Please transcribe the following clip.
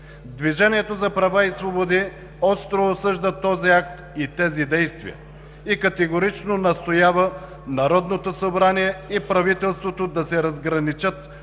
„Движението за права и свободи“ остро осъжда този акт и тези действия и категорично настоява Народното събрание и правителството да се разграничат